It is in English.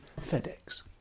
FedEx